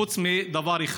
חוץ מדבר אחד,